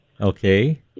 Okay